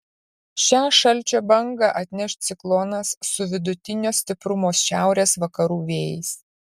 šią šalčio bangą atneš ciklonas su vidutinio stiprumo šiaurės vakarų vėjais